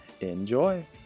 Enjoy